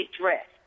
dressed